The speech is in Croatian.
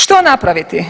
Što napraviti?